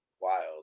wild